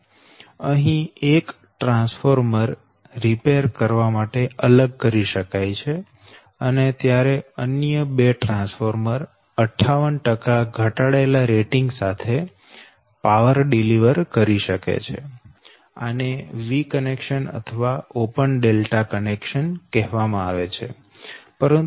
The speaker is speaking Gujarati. તો અહી એક ટ્રાન્સફોર્મર રીપેર કરવા માટે અલગ કરી શકાય છે અને ત્યારે અન્ય બે ટ્રાન્સફોર્મર 58 ઘટાડેલા રેટીંગ સાથે પાવર ડિલીવર કરી કરી શકે છે આને વી જોડાણ અથવા ઓપન ડેલ્ટા જોડાણ કહેવામાં આવે છે